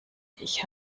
ich